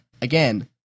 Again